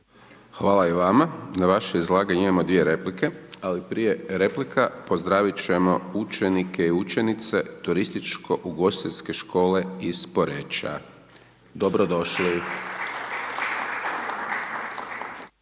Hvala i vama. Na vaše izlaganje imamo 2 replike, ali prije replika, pozdraviti ćemo učenice i učenike Turističko ugostiteljske škole iz Poreča, dobrodošli.